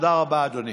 תודה רבה, אדוני.